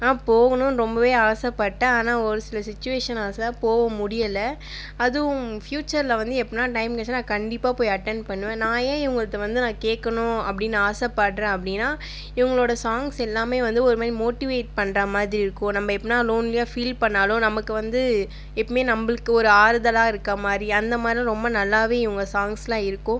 நான் போகணுனு ரொம்பவே ஆசைப்பட்டேன் ஆனால் ஒரு சில சிச்சுவேஷனாஸில் போக முடியலை அதுவும் ஃபியூச்சரில் வந்து எப்பனா டைம் கிடச்சுனா நான் கண்டிப்பாக போய் அட்டென்ட் பண்ணுவேன் நான் ஏன் இவங்கள்து வந்து நான் கேட்கணும் அப்படினு ஆசைப்படறேன் அப்படினா இவங்களோட சாங்ஸ் எல்லாமே வந்து ஒரு மாதிரி மோட்டிவேட் பண்கிற மாதிரி இருக்கும் நம்ப எப்பனா லோன்லியாக ஃபீல் பண்ணாலோ நமக்கு வந்து எப்பமே நம்பளுக்கு ஒரு ஆறுதலாக இருக்க மாதிரி அந்த மாதிரிலா ரொம்ப நல்லாவே இவங்க சாங்ஸ்லாம் இருக்கும்